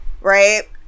Right